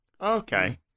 Okay